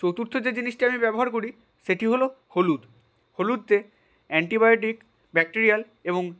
চতুর্থ যে জিনিসটি আমি ব্যবহার করি সেটি হলো হলুদ হলুদে আ্যন্টিবায়োটিক ব্যকটেরিয়াল এবং